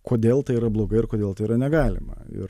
kodėl tai yra blogai ir kodėl tai yra negalima ir